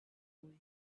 boy